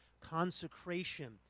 consecration